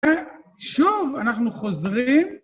ושוב אנחנו חוזרים